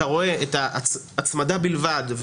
אתה רואה את ההצמדה בלבד,